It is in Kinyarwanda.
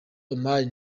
omar